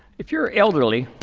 if you're elderly